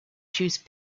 choose